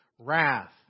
Wrath